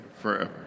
forever